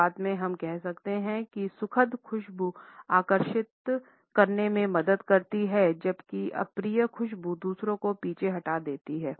शुरुआत में हम कह सकते हैं की सुखद खुशबू आकर्षित करने में मदद करती हैं जबकि अप्रिय खुशबू दूसरों को पीछे हटा देते हैं